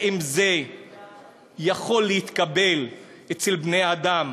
האם זה יכול להתקבל אצל בני-אדם